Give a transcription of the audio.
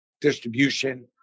distribution